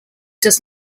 does